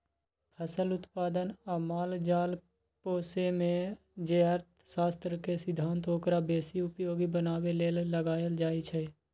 फसल उत्पादन आ माल जाल पोशेमे जे अर्थशास्त्र के सिद्धांत ओकरा बेशी उपयोगी बनाबे लेल लगाएल जाइ छइ